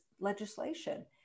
legislation